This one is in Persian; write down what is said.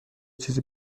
چیزی